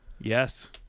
Yes